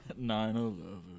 9-11